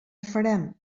farem